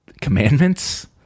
commandments